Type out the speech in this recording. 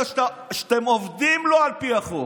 שאתם עובדים לא על פי החוק,